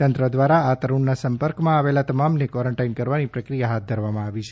તંત્ર દ્વારા આ તરુણના સંપર્કમાં આવેલા તમામને ક્વોરન્ટાઈન કરવાની પ્રક્રિયા હાથ ધરવામાં આવી છે